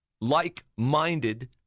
like-minded